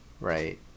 Right